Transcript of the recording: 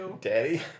Daddy